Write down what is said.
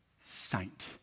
saint